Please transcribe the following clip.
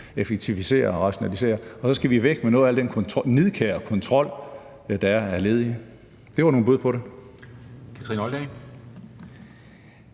effektivisere og rationalisere. Og så skal vi væk med noget af al den nidkære kontrol, der er med ledige. Det var nogle bud på det.